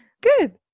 Good